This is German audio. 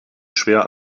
schwer